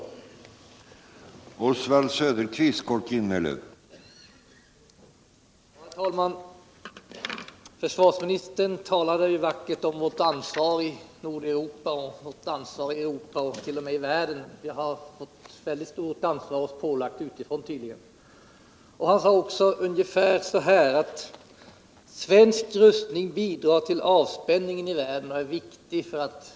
Försvarspolitiken, 50